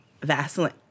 Vaseline